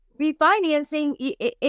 refinancing